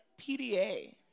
PDA